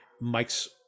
Mike's